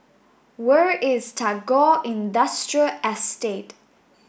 where is Tagore Industrial Estate